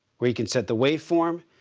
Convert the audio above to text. where you can set the waveform,